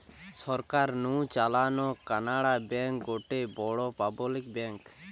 সরকার নু চালানো কানাড়া ব্যাঙ্ক গটে বড় পাবলিক ব্যাঙ্ক